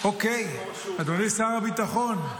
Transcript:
אוקיי, אדוני שר הביטחון,